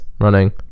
running